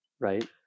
right